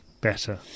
better